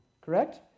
Correct